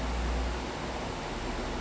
like அதே:athae